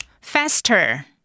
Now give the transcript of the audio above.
Faster